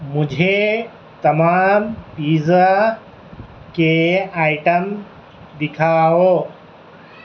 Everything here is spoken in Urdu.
مجھے تمام پیزا کے آئٹم دکھاؤ